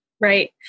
Right